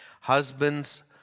Husbands